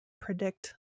predict